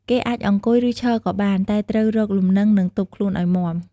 គេអាចអង្គុយ ឬឈរក៏បាន តែត្រូវរកលំនឹងនិងទប់ខ្លួនឱ្យមាំ។